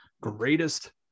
greatest